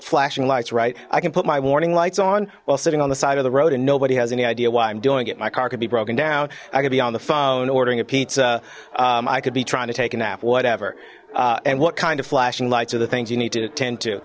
flashing lights right i can put my warning lights on while sitting on the side of the road and nobody has any idea why i'm doing it my car could be broken down i could be on the phone ordering a pizza i could be trying to take a nap whatever and what kind of flashing lights are the things you need to attend to